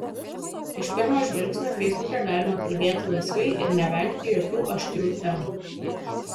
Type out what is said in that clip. iš pirmo žvilgsnio feisbuke galima kalbėti laisvai ir nevengti jokių aštrių temų